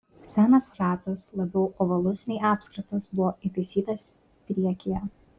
senas ratas labiau ovalus nei apskritas buvo įtaisytas priekyje